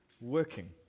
working